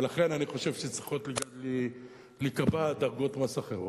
ולכן אני חושב שצריכות להיקבע דרגות מס אחרות.